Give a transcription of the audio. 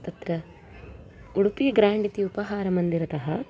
तत्र उडुपि ग्राण्ड् इति उपाहारमन्दिरतः